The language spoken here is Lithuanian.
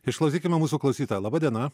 išklausykime mūsų klausytą laba diena